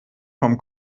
vom